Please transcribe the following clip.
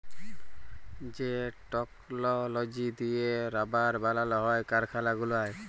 যে টেকললজি দিঁয়ে রাবার বালাল হ্যয় কারখালা গুলায়